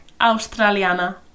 Australiana